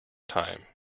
time